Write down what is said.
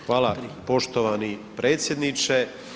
Hvala poštovani predsjedniče.